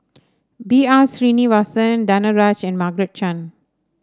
B R Sreenivasan Danaraj and Margaret Chan